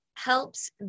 helps